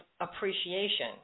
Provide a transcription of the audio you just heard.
appreciation